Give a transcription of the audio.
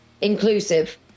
inclusive